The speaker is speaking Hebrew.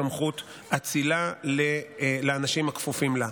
סמכות אצילה לאנשים הכפופים לה.